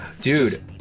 dude